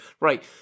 Right